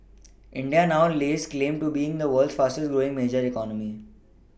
india now lays claim to being the world's fastest growing major economy